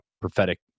prophetic